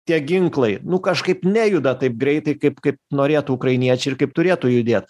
tie ginklai nu kažkaip nejuda taip greitai kaip kaip norėtų ukrainiečiai ir kaip turėtų judėt